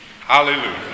hallelujah